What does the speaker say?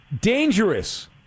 dangerous